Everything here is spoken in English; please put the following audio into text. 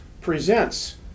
presents